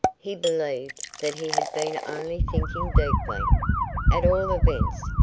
he believed that he had been only thinking deeply. at all events,